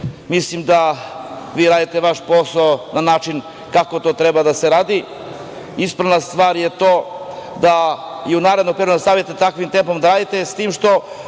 mislim da vi radite vaš posao na način kako to treba da se radi. Ispravna stvar je to da i u narednom periodu nastavite takvim tempom da radite, s tim što